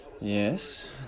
Yes